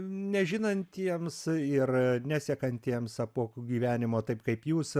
nežinantiems ir nesekantiems apuokų gyvenimo taip kaip jūs